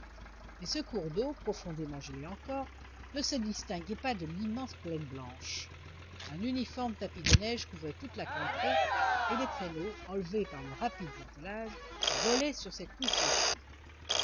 mais ce cours d'eau profondément gelé encore ne se distinguait pas de l'immense plaine blanche un uniforme tapis de neige couvrait toute la contrée et les traîneaux enlevés par leurs rapides attelages volaient sur cette couche durcie